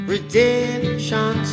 Redemption